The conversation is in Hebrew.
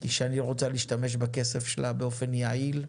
כי שני רוצה להשתמש בכסף שלה באופן יעיל,